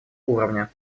уровня